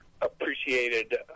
appreciated